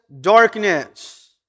darkness